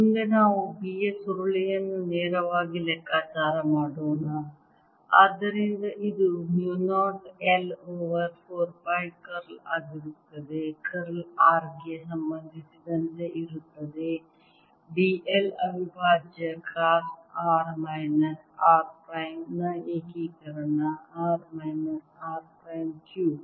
ಮುಂದೆ ನಾವು B ಯ ಸುರುಳಿಯನ್ನು ನೇರವಾಗಿ ಲೆಕ್ಕಾಚಾರ ಮಾಡೋಣ ಆದ್ದರಿಂದ ಇದು mu 0 I over 4 pi curl ಆಗಿರುತ್ತದೆ ಕರ್ಲ್ r ಗೆ ಸಂಬಂಧಿಸಿದಂತೆ ಇರುತ್ತದೆ d l ಅವಿಭಾಜ್ಯ cross r minus r prime ನ ಏಕೀಕರಣ r minus r prime cube